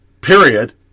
period